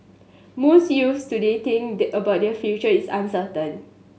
most youths today think that about their future is uncertain